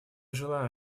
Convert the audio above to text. желаем